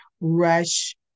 rush